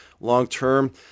long-term